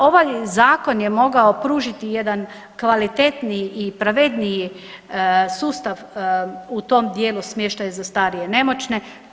To, ovaj zakon je mogao pružiti jedan kvalitetniji i pravedniji sustav u tom dijelu smještaja za starije i nemoćne.